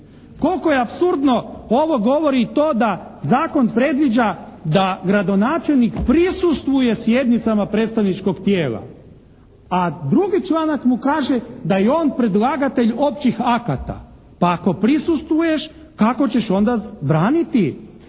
Koliko je apsurdno ovo govori i to da zakon predviđa da gradonačelnik prisustvuje sjednicama predstavničkog tijela. A drugi članak mu kaže da je on predlagatelj općih akata. Pa ako prisustvuješ kako ćeš onda braniti